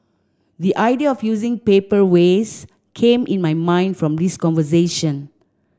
the idea of using paper waste came in my mind from this conversation